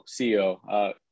CEO